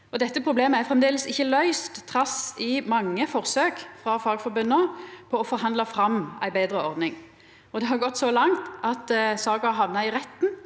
Dette problemet er framleis ikkje løyst, trass i mange forsøk frå fagforbunda på å forhandla fram ei betre ordning. Det har gått så langt at saka har hamna i retten,